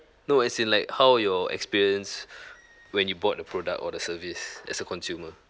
no as in like how your experience when you bought the product or the service as a consumer